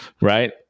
Right